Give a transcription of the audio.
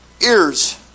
ears